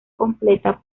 completa